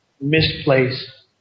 misplaced